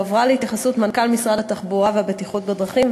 הועברה להתייחסות מנכ"ל משרד התחבורה והבטיחות בדרכים,